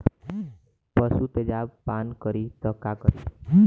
पशु तेजाब पान करी त का करी?